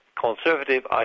conservative